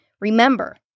Remember